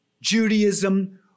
Judaism